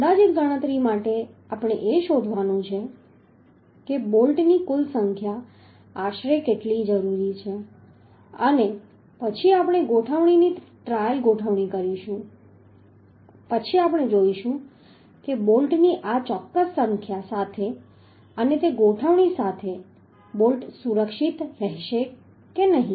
અંદાજિત ગણતરી માટે આપણે એ શોધવાનું છે કે બોલ્ટની કુલ સંખ્યા આશરે કેટલી જરૂરી છે અને પછી આપણે ગોઠવણની ટ્રાયલ ગોઠવણી કરીશું પછી આપણે જોઈશું કે બોલ્ટની આ ચોક્કસ સંખ્યા સાથે અને તે ગોઠવણી સાથે બોલ્ટ સુરક્ષિત રહેશે કે નહીં